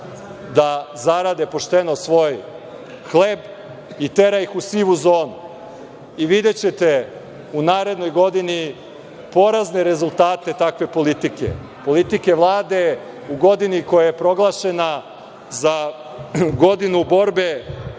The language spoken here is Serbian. da zarade pošteno svoj hleb, i tera ih u sivu zonu. Videćete u narednoj godini porazne rezultate takve politike, politike Vlade u godini koja je proglašena za godinu borbe